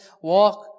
walk